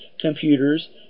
computers